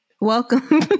Welcome